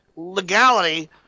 legality